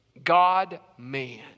God-man